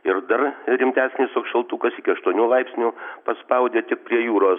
ir dar rimtesnis toks šaltukas iki aštuonių laipsnių paspaudė tik prie jūros